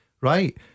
Right